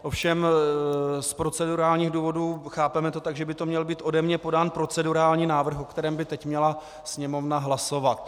Ovšem z procedurálních důvodů to chápeme tak, že by měl být ode mne podán procedurální návrh, o kterém by teď měla Sněmovna hlasovat.